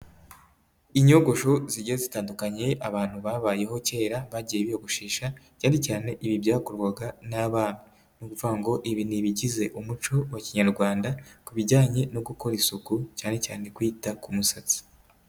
Inyogosho zijye zitandukanye abantu babayeho kera bagiye biyogoshesha cyane cyane ibi byakorwaga n'abami, ni ukuvuga ngo ibi ni ibigize umuco wa kinyarwanda ku bijyanye no gukora isuku cyane cyane kwita ku musatsi.